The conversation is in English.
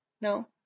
No